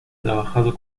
trabajado